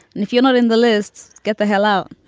and if you're not in the list, get the hell out.